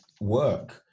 work